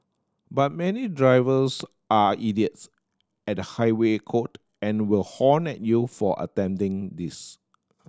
but many drivers are idiots at the highway code and will honk at you for attempting this